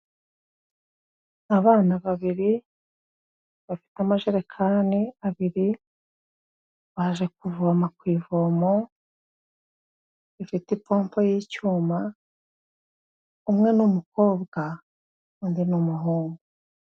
Abana babiri bafite amajerekani abiri baje kuvoma ku ivomo rifite i pompo y'icyuma, umwe n'umukobwa undi ni umuhungu.